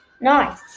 Nice